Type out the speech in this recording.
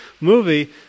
movie